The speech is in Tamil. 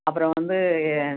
அப்புறம் வந்து ஏ